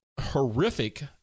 horrific